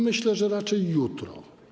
Myślę, że raczej jutro.